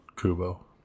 kubo